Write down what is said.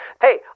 Hey